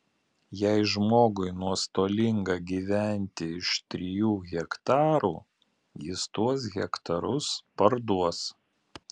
jei žmogui nuostolinga gyventi iš trijų hektarų jis tuos hektarus parduos